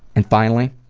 and finally,